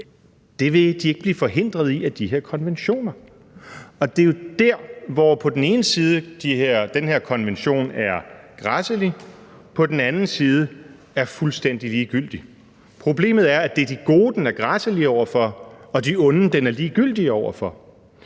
Det vil de ikke blive forhindret i af de her konventioner. Det er jo der, hvor den her konvention på den ene side er græsselig og på den anden side er fuldstændig ligegyldig. Problemet er, at det er de gode, som den er græsselig over for, og de onde, som den er ligegyldig over for.